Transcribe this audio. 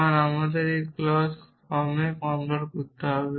কারণ আমাকে এই ক্লজ ফর্মে কনভার্ট করতে হবে